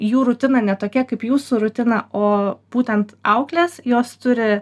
jų rutina ne tokia kaip jūsų rutina o būtent auklės jos turi